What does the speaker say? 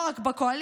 לא רק בקואליציה,